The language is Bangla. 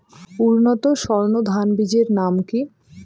উন্নত সর্ন ধান বীজের নাম কি?